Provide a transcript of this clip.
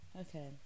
Okay